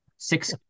Six